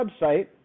website